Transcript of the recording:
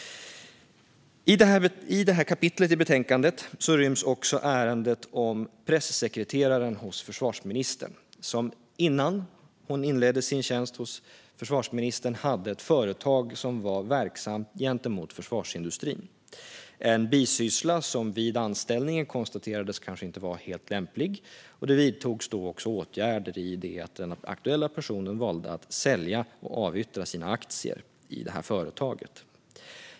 I det här kapitlet i betänkandet ryms också ärendet om pressekreteraren hos försvarsministern, som innan hon inledde sin tjänst hos försvarsministern hade ett företag som var verksamt inom försvarsindustrin. Det var en bisyssla som vid anställningen konstaterades kanske inte var har helt lämplig. Det vidtogs då åtgärder i det att den aktuella personen valde att sälja och avyttra sina aktier i företaget.